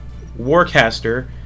Warcaster